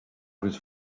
was